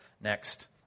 next